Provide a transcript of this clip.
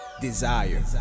desire